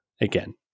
again